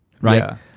right